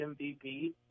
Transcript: MVP